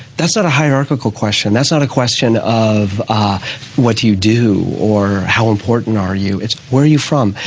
that's not a hierarchical question, that's not a question of what do you do or how important are you, it's where are you from?